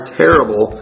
terrible